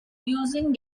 using